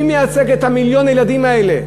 מי מייצג את מיליון הילדים האלה?